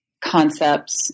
concepts